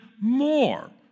more